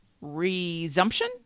resumption